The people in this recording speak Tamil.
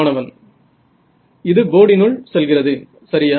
மாணவன் இது போர்டினுள் செல்கிறது சரியா